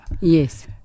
Yes